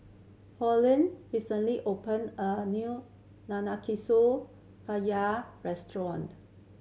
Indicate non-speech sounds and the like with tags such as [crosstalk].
Pauline recently opened a new [unintelligible] restaurant